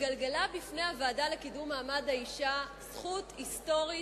התגלגלה בפני הוועדה לקידום מעמד האשה זכות היסטורית